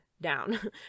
down